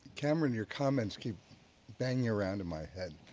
cameron, your comments keep banging around in my head.